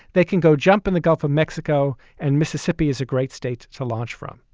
they can go jump in the gulf of mexico and mississippi is a great state to launch from.